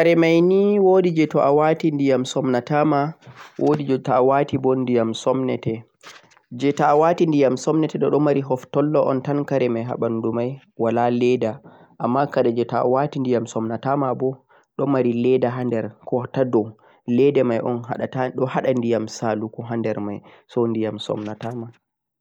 ehh kare mei nei woorijee to a waati diyam somnataa ma woodijee a waati bum diyam somnatei jee ta a waati diyam somnatei dhum mari hoftom dho o'n tan kare mei haa banduu mei wala leda amma kareji a waati somnataama moo dhum mari leda hander ko taado leda mei o'n hadhataa dhoo hada diyam saluko hander mei so diyam solllatama.